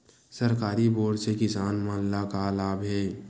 सरकारी बोर से किसान मन ला का लाभ हे?